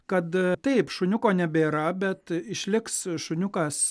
kad taip šuniuko nebėra bet išliks šuniukas